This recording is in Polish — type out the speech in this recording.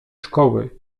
szkoły